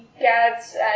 cats